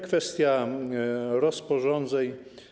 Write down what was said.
Kwestia rozporządzeń.